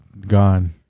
Gone